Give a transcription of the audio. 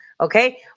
Okay